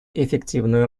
эффективную